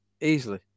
easily